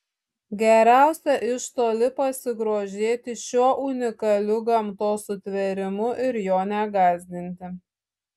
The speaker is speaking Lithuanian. geriausia iš toli pasigrožėti šiuo unikaliu gamtos sutvėrimu ir jo negąsdinti